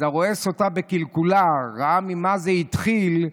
אז הרואה סוטה בקלקולה, ראה ממה זה התחיל,